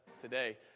today